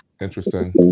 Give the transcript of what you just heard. interesting